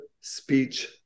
speech